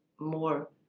more